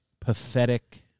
pathetic